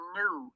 new